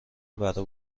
برا